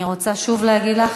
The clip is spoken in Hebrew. אני רוצה שוב להגיד לך,